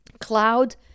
cloud